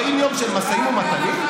עוד 40 יום של משאים ומתנים.